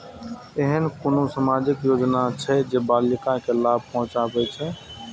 ऐहन कुनु सामाजिक योजना छे जे बालिका के लाभ पहुँचाबे छे?